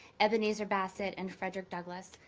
ebenezer bassett and frederick douglass.